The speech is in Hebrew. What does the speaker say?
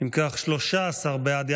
13 בעד,